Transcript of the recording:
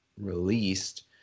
released